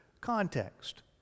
context